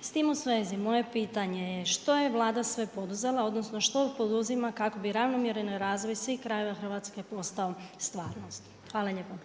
S tim u svezi, moje pitanje je, što je Vlada sve poduzela, odnosno što poduzima kako bi ravnomjeran razvoj svih krajeva Hrvatske postao stvarnost? Hvala lijepa.